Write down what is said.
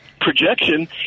projection